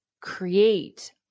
create